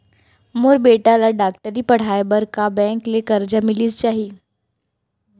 मोर बेटा ल डॉक्टरी पढ़ाये बर का बैंक ले करजा मिलिस जाही?